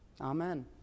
Amen